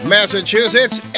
Massachusetts